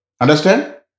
Understand